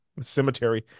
cemetery